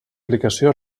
aplicació